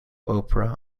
opera